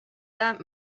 that